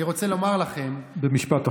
אני רוצה לומר לכם, במשפט אחרון.